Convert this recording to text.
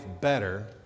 better